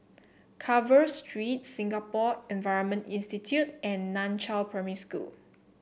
Carver Street Singapore Environment Institute and Nan Chiau Primary School